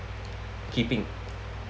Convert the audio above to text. keeping